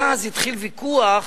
אז התחיל ויכוח.